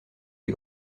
les